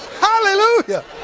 Hallelujah